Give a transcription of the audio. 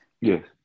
Yes